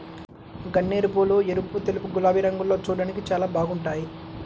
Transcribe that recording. గన్నేరుపూలు ఎరుపు, తెలుపు, గులాబీ రంగుల్లో చూడ్డానికి చాలా బాగుంటాయ్